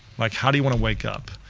like how do you want to wake up?